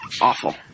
awful